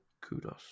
Kudos